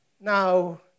Now